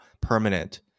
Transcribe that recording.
permanent